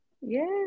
Yes